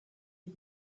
des